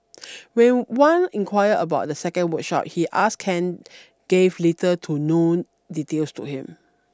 when Wan inquired about the second workshop he ask Ken gave little to none details to him